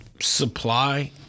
Supply